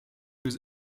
was